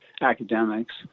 academics